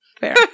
Fair